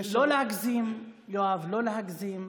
יואב, יואב, לא להגזים.